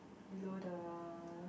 below the